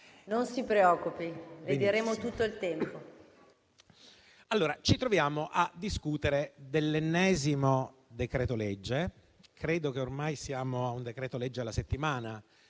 non si preoccupi le daremo tutto il tempo.